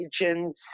regions